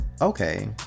okay